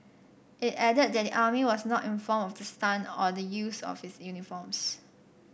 it added that the army was not informed of the stunt or the use of its uniforms